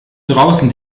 draußen